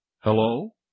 Hello